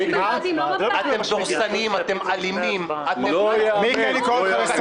עם עריצות הרוב --- אני מציע לכם,